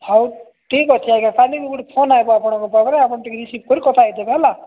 ହଉ ଠିକ୍ ଅଛି ଆଜ୍ଞା କାଲି ମୁଁ ଗୋଟେ ଫୋନ୍ ଆସିବ ଆପଣଙ୍କ ପାଖରେ ଆପଣ ଟିକେ ରିସିଭ କରି କଥା ହେଇଥିବେ ହେଲା